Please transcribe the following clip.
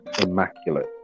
Immaculate